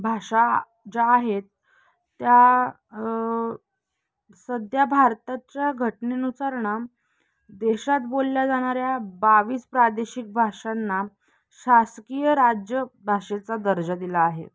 भाषा ज्या आहेत त्या सध्या भारताच्या घटनेनुसार ना देशात बोलल्या जाणाऱ्या बावीस प्रादेशिक भाषांना शासकीय राजभाषेचा दर्जा दिला आहे